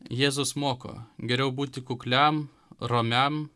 jėzus moko geriau būti kukliam romiam